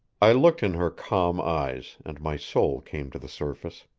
i looked in her calm eyes, and my soul came to the surface.